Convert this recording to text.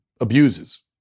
abuses